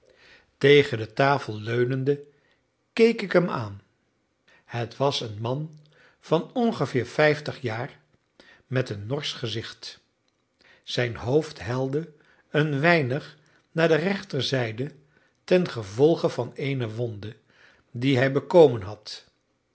tegen de tafel leunende keek ik hem aan het was een man van ongeveer vijftig jaar met een norsch gezicht zijn hoofd helde een weinig naar de rechterzijde ten gevolge van eene wonde die hij bekomen had